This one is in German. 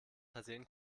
versehen